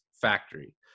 factory